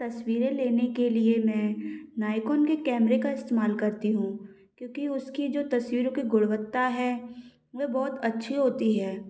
तस्वीरें लेने के लिए मैं नायकोन के कैमरे का इस्तेमाल करती हूँ क्योंकि उसकी जो तस्वीरों की गुणवत्ता है वे बहुत अच्छी होती है